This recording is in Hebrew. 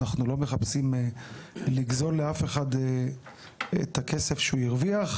אנחנו לא מחפשים לגזול לאף אחד את הכסף שהוא הרוויח,